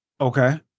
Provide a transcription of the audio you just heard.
Okay